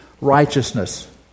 righteousness